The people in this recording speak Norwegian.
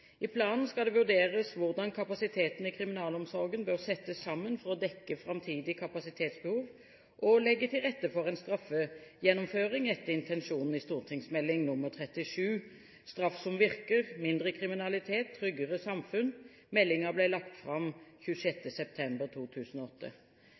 I planen skal det vurderes hvordan kapasiteten i kriminalomsorgen bør settes sammen for å dekke framtidig kapasitetsbehov og legge til rette for en straffegjennomføring etter intensjonene i St.meld. nr. 37 for 2007–2008 Straff som virker – mindre kriminalitet – tryggere samfunn. Meldingen ble lagt fram